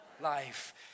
life